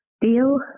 deal